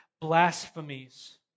blasphemies